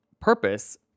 purpose